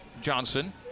Johnson